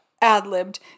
ad-libbed